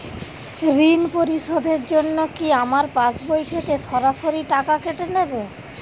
ঋণ পরিশোধের জন্য কি আমার পাশবই থেকে সরাসরি টাকা কেটে নেবে?